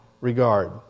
regard